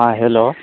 हँ हेलो